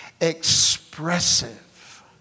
expressive